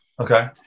Okay